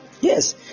Yes